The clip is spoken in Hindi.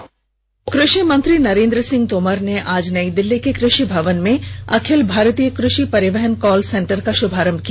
एक रिपोर्ट कृषि मंत्री नरेन्द्र सिंह तोमर ने आज नई दिल्ली के कृषि भवन में अखिल भारतीय कृषि परिवहन कॉल सेंटर का शुभारंभ किया